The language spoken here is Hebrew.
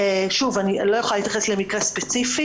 שוב, אני לא יכולה להתייחס למקרה ספציפי.